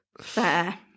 Fair